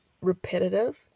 repetitive